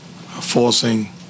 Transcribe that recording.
forcing